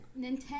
Nintendo